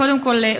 קודם כול,